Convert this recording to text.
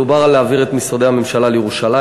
מדובר על להעביר את משרדי הממשלה לירושלים.